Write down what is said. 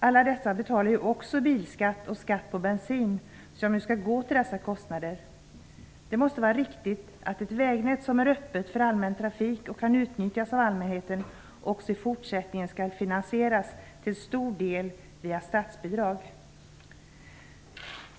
Alla dessa betalar ju också bilskatt och skatt på bensin som ju skall finansiera dessa kostnader. Det måste vara riktigt att ett vägnät som är öppet för allmän trafik och kan utnyttjas av allmänheten också i fortsättningen till stor del skall finansieras via statsbidrag.